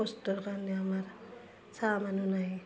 কষ্টৰ কাৰণে আমাৰ চোৱা মানুহ নাই